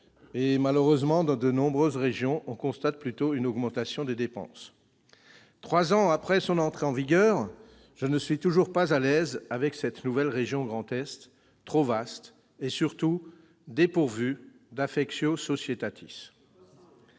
! Malheureusement, dans de nombreuses régions, on constate plutôt une augmentation des dépenses ! Trois ans après l'entrée en vigueur du texte, je ne suis toujours pas à l'aise avec cette nouvelle région Grand Est, qui est trop vaste et, surtout, dépourvue d'. Tout à fait